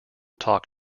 talk